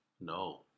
No